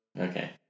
Okay